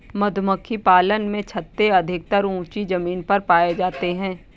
मधुमक्खी पालन में छत्ते अधिकतर ऊँची जमीन पर पाए जाते हैं